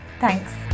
Thanks